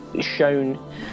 shown